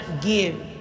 give